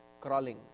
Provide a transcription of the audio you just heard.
crawling